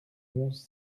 onze